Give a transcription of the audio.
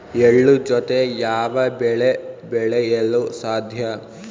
ಎಳ್ಳು ಜೂತೆ ಯಾವ ಬೆಳೆ ಬೆಳೆಯಲು ಸಾಧ್ಯ?